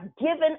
given